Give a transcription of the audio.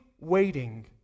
waiting